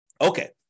Okay